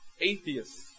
atheists